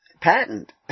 patent